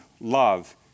love